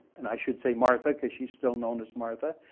and i should say martha, cause she's still known as martha.